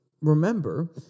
remember